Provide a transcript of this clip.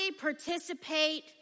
participate